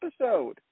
episode